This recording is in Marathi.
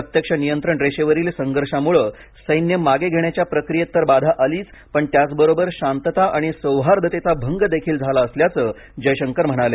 प्रत्यक्ष नियंत्रण रेषेवरील संघर्षामुळे सैन्य मागे घेण्याच्या प्रक्रियेत तर बाधा आलीच पण त्याचबरोबर शांतता आणि सौहार्दतेचा भंग देखील झाला असल्याचं जयशंकर म्हणाले